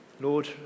Lord